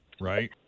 right